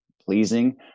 pleasing